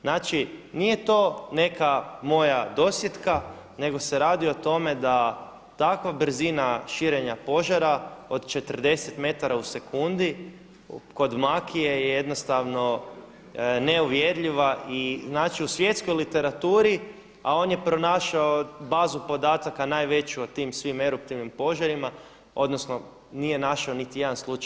Znači nije to neka moja dosjetka, nego se radi o tome da takva brzina širenja požara od 40 metara u sekundi kod makije je jednostavno neuvjerljiva i znači u svjetskoj literaturi a on je pronašao bazu podataka najveću na tim svim eruptivnim požarima, odnosno nije našao niti jedan slučaj.